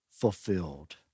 fulfilled